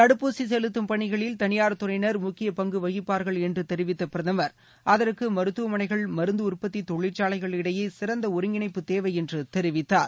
தடுப்பூசி செலுத்தும் பணிகளில் தனியார் துறையினர் முக்கிய பங்கு வகிப்பார்கள் என்று தெரிவித்த பிரதமர் அதற்கு மருத்துவமனைகள் மருந்து உற்பத்தி தொழிற்சாலைகள் இடையே சிறந்த ஒருங்கிணைப்பு தேவை என்று தெரிவித்தார்